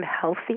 healthy